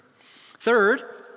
Third